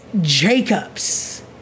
Jacobs